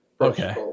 Okay